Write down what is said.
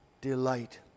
delight